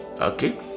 Okay